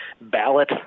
ballot